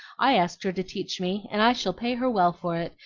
i asked her to teach me, and i shall pay her well for it,